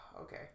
okay